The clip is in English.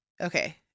Okay